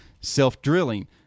self-drilling